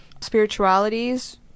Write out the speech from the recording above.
spiritualities